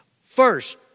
First